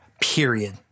period